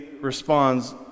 responds